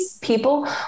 people